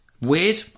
Weird